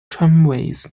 tramways